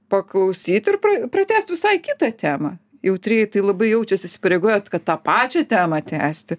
paklausyt ir pra pratęst visai kitą temą jautrieji tai labai jaučiasi įsipareigoję kad tą pačią temą tęsti